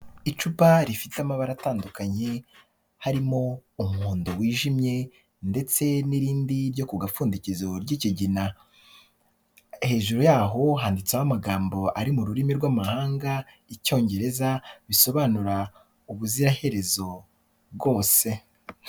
Icupa rifite amabara atandukanye, harimo umuhondo wijimye ndetse n'irindi ryo ku gapfundikizo ry'ikigina, hejuru y'aho handitseho amagambo ari mu rurimi rw'amahanga Icyongereza bisobanura ubuziraherezo bwose.